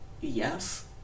Yes